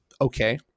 Okay